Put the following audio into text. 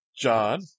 John